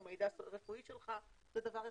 זה דבר אחד.